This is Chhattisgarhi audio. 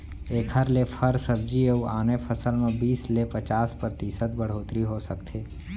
एखर ले फर, सब्जी अउ आने फसल म बीस ले पचास परतिसत बड़होत्तरी हो सकथे